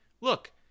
look